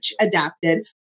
adapted